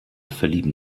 verlieben